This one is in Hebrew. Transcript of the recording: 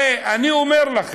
הרי, אני אומר לכם,